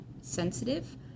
sensitive